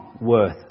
worth